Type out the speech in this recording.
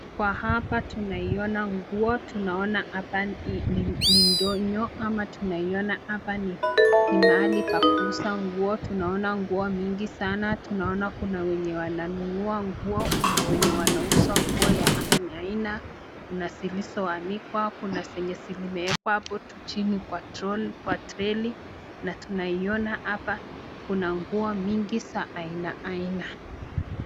Kwa hapa tunaona nguo, tunaona hapa ni ndonyo ama ni tunaona hapa ni mahali pa kuuza nguo, tunaona nguo mingi sana, tunaona kuna wenye wananunua nguo, Kuna wenye wanauza nguo ya aina . Kuna zilizo anikwa, kuna zilizowekwa hapo tu chini Kwa troll Kwa treli, na naiona hapa kuna nguo mingi za aina aina.